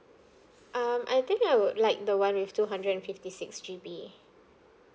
um I think I would like the one with two hundred and fifty six G_B